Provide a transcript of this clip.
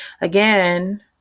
Again